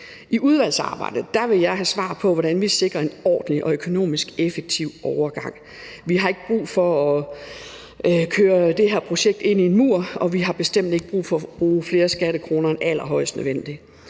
I udvalgsarbejdet vil jeg have svar på, hvordan vi sikrer en ordentlig og økonomisk effektiv overgang. Vi har ikke brug for at køre det her projekt ind i en mur, og vi har bestemt ikke brug for at bruge flere skattekroner end allerhøjest nødvendigt.